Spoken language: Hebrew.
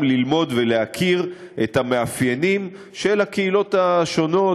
ללמוד ולהכיר את המאפיינים של הקהילות השונות,